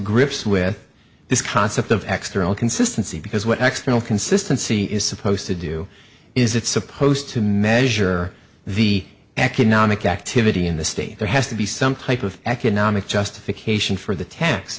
grips with this concept of extra consistency because what accidental consistency is supposed to do is it's supposed to measure the economic activity in the state there has to be some type of economic justification for the t